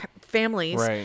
families